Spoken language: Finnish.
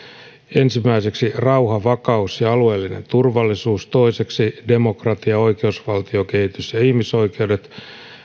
ensimmäiseksi rauha vakaus ja alueellinen turvallisuus toiseksi demokratia oikeusvaltiokehitys ja ihmisoikeudet